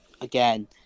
again